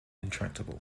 intractable